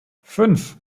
fünf